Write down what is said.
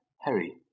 Harry